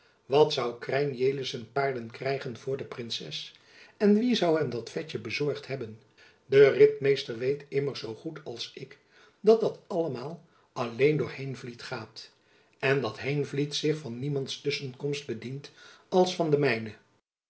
wat zoû krijn jelissen paarden krijgen voor de princes en wie zoû hem dat vetjen bezorgd hebben de ritmeester weet immers zoo goed als ik dat dat allemaal alleen door heenvliet gaat en dat heenvliet zich van niemands tusschenkomst bedient als van de mijne